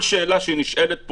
כל שאלה שנשאלת,